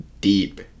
Deep